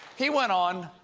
he went on.